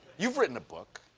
you've written a book.